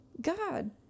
God